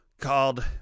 called